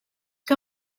que